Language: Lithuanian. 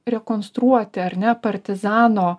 rekonstruoti ar ne partizano